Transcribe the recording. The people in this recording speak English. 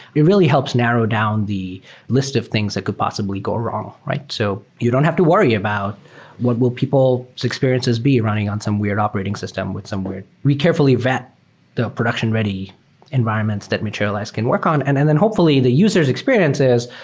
it really helps narrow down the list of things that could possibly go wrong. so you don't have to worry about what will people's experiences be running on some weird operating system with some weird we carefully vet the production-ready environments that materialize can work on. and and then hopefully the users experiences,